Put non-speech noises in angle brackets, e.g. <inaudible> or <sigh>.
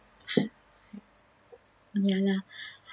<breath> ya lah <breath>